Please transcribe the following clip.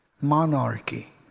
monarchy